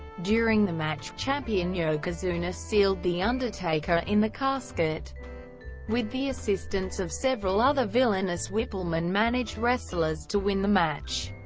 during the match, champion yokozuna sealed the undertaker in the casket with the assistance of several other villainous wippleman-managed wrestlers to win the match.